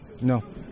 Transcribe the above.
no